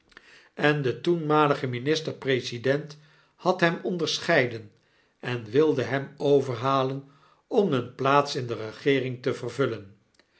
en de toenmalige minister-president had hem onderscheiden en wilde hem overhalen om een plaats in de regeering te vervullen